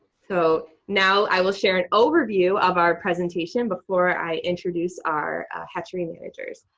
so now i will share an overview of our presentation before i introduce our hatchery managers.